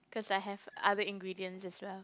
cause I have other ingredients as well